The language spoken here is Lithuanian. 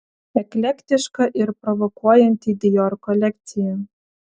eklektiška ir provokuojanti dior kolekcija